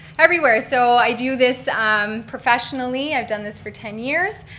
everywhere. so i do this um professionally. i've done this for ten years.